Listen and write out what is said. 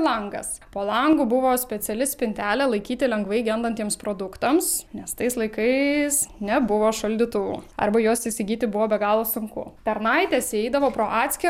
langas po langu buvo speciali spintelė laikyti lengvai gendantiems produktams nes tais laikais nebuvo šaldytuvų arba juos įsigyti buvo be galo sunku tarnaitės įeidavo pro atskirą